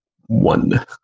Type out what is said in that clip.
one